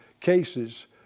cases